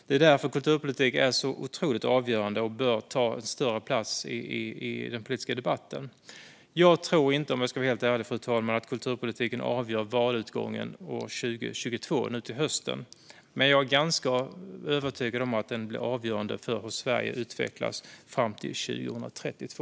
Det är därför kulturpolitik är så otroligt avgörande och bör ta större plats i den politiska debatten. Om jag ska vara helt ärlig, fru talman, tror jag inte att kulturpolitiken avgör valutgången hösten 2022. Jag är dock ganska övertygad om att den blir avgörande för hur Sverige utvecklas fram till 2032.